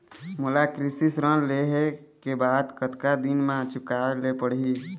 मोला कृषि ऋण लेहे के बाद कतका दिन मा चुकाए ले पड़ही?